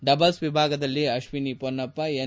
double ವಿಭಾಗದಲ್ಲಿ Ashwini Monnappa N